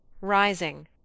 rising